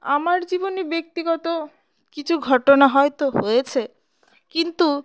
আমার জীবনে ব্যক্তিগত কিছু ঘটনা হয়তো হয়েছে কিন্তু